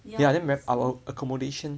ya I'm listening